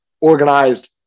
organized